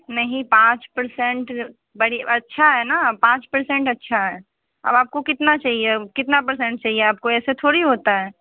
नहीं पाँच परसेंट बड़ी अच्छा है ना पाँच परसेंट अच्छा है अब आपको कितना चहिए कितना परसेंट चहिए आपको ऐसे थोड़ी होता है